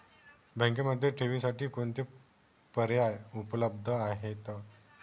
बँकेमध्ये ठेवींसाठी कोणते पर्याय उपलब्ध आहेत?